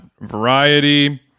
variety